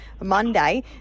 Monday